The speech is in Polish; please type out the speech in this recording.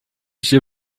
się